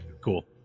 cool